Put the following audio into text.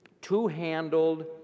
two-handled